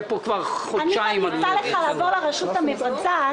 בוקר טוב, אני מתכבד לפתוח את ישיבת ועדת הכספים.